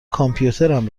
کامپیوترم